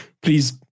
please